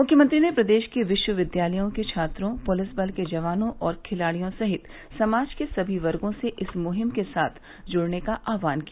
मुख्यमंत्री ने प्रदेश के विश्वविद्यालयों के छात्रों पुलिस बल के जवानों और खिलाड़ियों सहित समाज के सभी वर्गों से इस मुहिम के साथ जुड़ने का आहवान किया